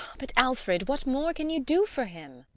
but, alfred, what more can you do for him?